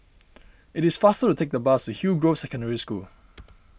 it is faster to take the bus to Hillgrove Secondary School